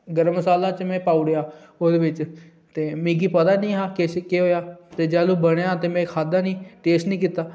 गर्म मसाला च में पाई ओड़ेआ ओह्दे बिच ते मिगी पता निं हा केह् किश होआ ते जैलूं बनेआ ते में खाद्धा नी ते टेस्ट निं कीता